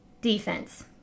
Defense